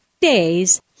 days